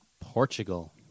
Portugal